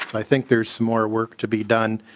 i think there's more work to be done.